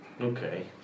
Okay